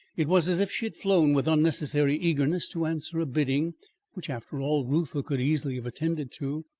it was as if she had flown with unnecessary eagerness to answer a bidding which, after all, reuther could easily have attended to.